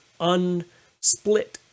unsplit